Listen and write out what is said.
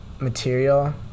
material